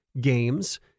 games